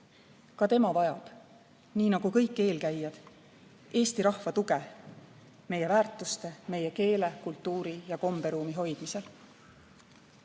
Ka tema vajab, nii nagu kõik eelkäijad, Eesti rahva tuge meie väärtuste, meie keele, kultuuri ja komberuumi hoidmisel.